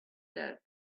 doubt